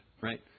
right